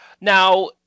now